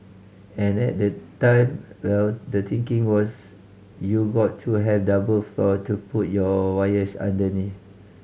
and at the time well the thinking was you got to have double floor to put your wires underneath